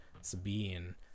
sabine